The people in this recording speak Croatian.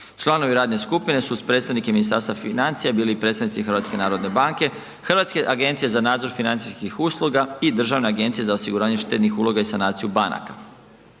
Članovi radne skupine su uz predstavnike Ministarstva financija bili i predstavnici HNB-a, Hrvatske agencije za nadzor financijskih usluga i Državne agencije za osiguranje štednih uloga i sanaciju banaka.